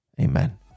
Amen